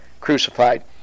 crucified